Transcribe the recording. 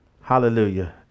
Hallelujah